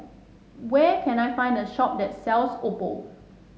where can I find a shop that sells Oppo